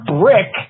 brick